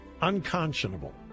Unconscionable